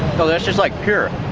well that's just like pure.